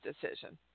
decision